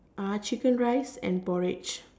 ah chicken rice and porridge